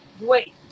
Wait